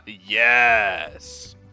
Yes